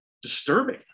disturbing